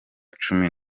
cumi